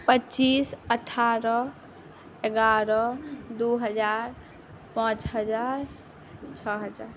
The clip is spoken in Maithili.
पचीस अठारह एगारह दुइ हजार पाँच हजार छओ हजार